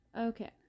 okay